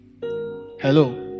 Hello